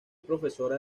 profesora